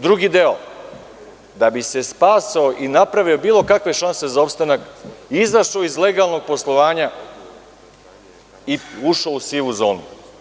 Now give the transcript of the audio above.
Drugi deo je, da bi se spasao i napravio bilo kakve šanse za opstanak, izašao iz legalnog poslovanja i ušao u sivu zonu.